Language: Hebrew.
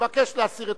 לבקש להסיר את